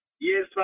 Yes